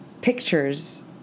pictures